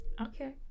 Okay